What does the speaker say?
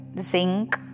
Zinc